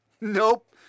Nope